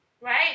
Right